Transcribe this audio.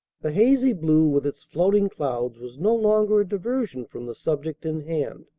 the hazy blue with its floating clouds was no longer a diversion from the subject in hand.